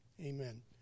Amen